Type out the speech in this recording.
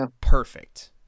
perfect